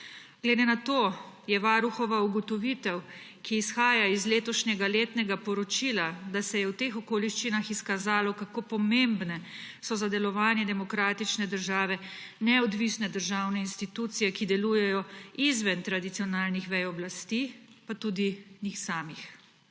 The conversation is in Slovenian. Glede na to je varuhova ugotovitev, ki izhaja iz letošnjega letnega poročila, da se je v teh okoliščina izkazalo, kako pomembne so za delovanje demokratične države neodvisne državne institucije, ki delujejo izven tradicionalnih vej oblasti pa tudi njih samih.